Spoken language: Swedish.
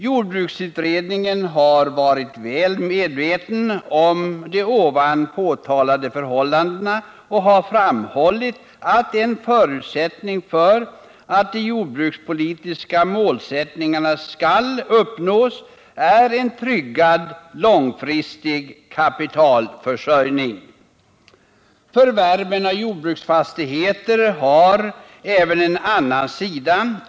Jordbruksutredningen har varit väl medveten om de här påtalade förhållandena och har framhållit att en förutsättning för att de jordbrukspolitiska målsättningarna skall uppnås är en tryggad långfristig kapitalförsörjning. Förvärven av jordbruksfastigheter har även en annan sida.